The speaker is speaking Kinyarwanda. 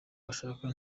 bashaka